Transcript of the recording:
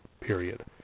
period